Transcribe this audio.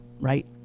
right